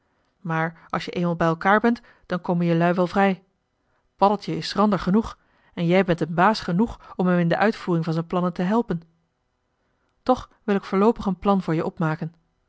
maar als je eenmaal bij elkaar bent dan komen jelui wel vrij paddeltje is schrander genoeg en jij bent een baas genoeg om hem in de uitvoering van joh h been paddeltje de scheepsjongen van michiel de ruijter zijn plannen te helpen toch wil ik voorloopig een plan voor je opmaken